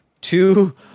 two